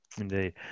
Indeed